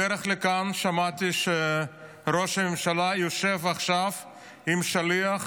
בדרך לכאן שמעתי שראש הממשלה יושב עכשיו עם השליח